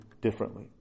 differently